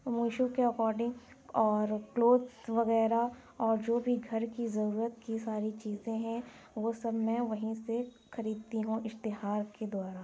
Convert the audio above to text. میشو کے اکورڈنگ اور کلوتھ وغیرہ اور جو بھی گھر کی ضرورت کی ساری چیزیں ہیں وہ سب میں وہیں سے خریدتی ہوں اشتہار کے دوارا